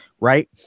right